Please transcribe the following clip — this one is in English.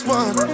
one